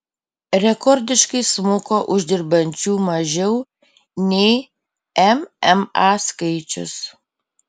rekordiškai smuko uždirbančių mažiau nei mma skaičius